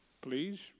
please